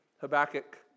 Habakkuk